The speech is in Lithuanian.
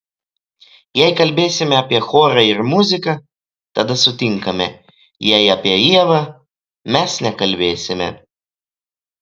jei kalbėsime apie chorą ir muziką tada sutinkame jei apie ievą mes nekalbėsime